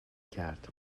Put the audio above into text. کرد